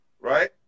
right